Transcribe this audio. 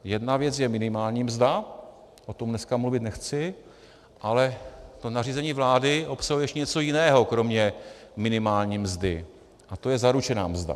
Jedna věc je minimální mzda, o tom dneska mluvit nechci, ale nařízení vlády obsahuje ještě něco jiného kromě minimální mzdy a to je zaručená mzda.